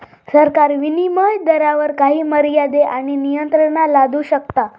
सरकार विनीमय दरावर काही मर्यादे आणि नियंत्रणा लादू शकता